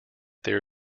there